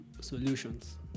solutions